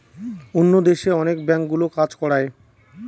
অন্য দেশে অনেক ব্যাঙ্কগুলো কাজ করায়